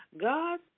God